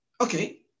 Okay